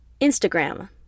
Instagram